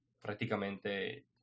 prácticamente